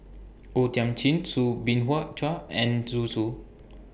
O Thiam Chin Soo Bin Hua Chua and Zhu Xu